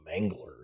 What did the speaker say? mangler